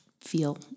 feel